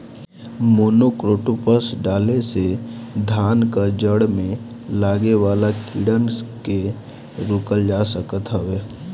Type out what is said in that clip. monocrotophos डाले से धान कअ जड़ में लागे वाला कीड़ान के रोकल जा सकत हवे